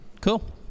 Cool